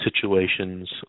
situations